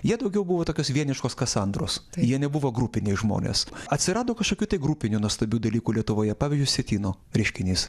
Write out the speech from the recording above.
jie daugiau buvo tokios vieniškos kasandros jie nebuvo grupiniai žmonės atsirado kažkokių tai grupinių nuostabių dalykų lietuvoje pavyzdžiui sietyno reiškinys